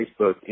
Facebook